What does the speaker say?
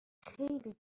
خیلی